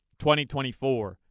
2024